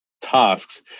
tasks